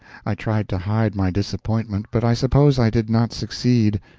i tried to hide my disappointment, but i suppose i did not succeed.